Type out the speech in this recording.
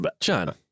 China